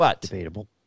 Debatable